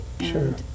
Sure